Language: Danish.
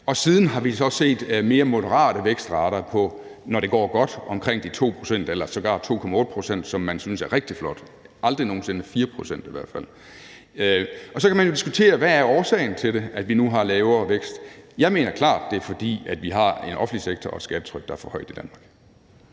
og siden har vi så set mere moderate vækstrater på, når det går godt, omkring 2 pct. eller sågar 2,8 pct., som man synes er rigtig flot. Det er aldrig nogen sinde 4 pct. i hvert fald. Så kan man jo diskutere, hvad årsagen er til, at vi nu har lavere vækst. Jeg mener klart, at det er, fordi vi har en offentlig sektor, der er for stor, og et skattetryk, der er for højt, i Danmark.